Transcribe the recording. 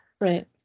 right